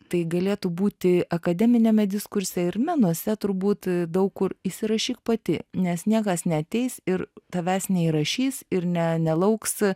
tai galėtų būti akademiniame diskurse ir menuose turbūt daug kur įsirašyk pati nes niekas neateis ir tavęs neįrašys ir ne nelauks